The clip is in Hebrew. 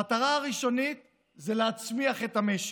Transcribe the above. המטרה הראשונית זה להצמיח את המשק,